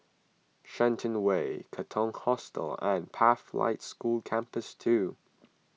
Shenton Way Katong Hostel and Pathlight School Campus two